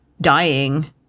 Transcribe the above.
dying